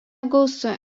gausu